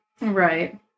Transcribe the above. Right